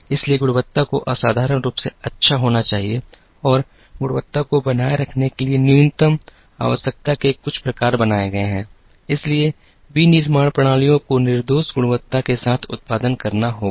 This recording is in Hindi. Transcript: इसलिए गुणवत्ता को असाधारण रूप से अच्छा होना चाहिए और गुणवत्ता को बनाए रखने के लिए न्यूनतम आवश्यकता के कुछ प्रकार बन गए हैं इसलिए विनिर्माण प्रणालियों को निर्दोष गुणवत्ता के साथ उत्पादन करना होगा